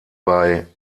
bei